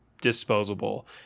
disposable